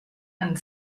and